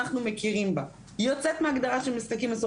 אנחנו מכירים בה' היא יוצאת מהגדרה של משחקים אסורים,